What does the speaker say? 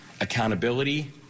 accountability